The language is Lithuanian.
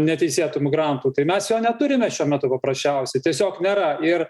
neteisėtų migrantų tai mes jo neturime šiuo metu paprasčiausia tiesiog nėra ir